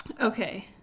Okay